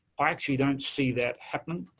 i actually don't see that happening.